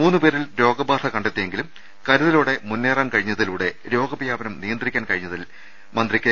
മൂന്ന് പേരിൽ രോഗബാധ കണ്ടെത്തിയെങ്കിലും കരുതലോടെ മുന്നേ റാൻ കഴിഞ്ഞതിലൂടെ രോഗവ്യാപനം നിയന്ത്രിക്കാൻ കഴിഞ്ഞതിൽ കെ